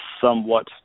somewhat